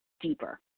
deeper